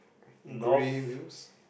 in gray wheels